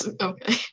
okay